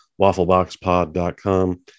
waffleboxpod.com